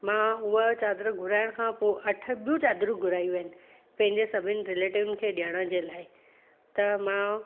मां उआ चादरु घुराइण खां पोइ अठ ॿियूं चादरू घुरायूं आहिनि पंहिंजे सभिनि रिलेटिव खे ॾियण जे लाइ त मां